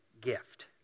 gift